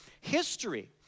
history